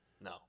No